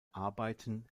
arbeiten